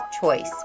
choice